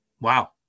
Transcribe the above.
wow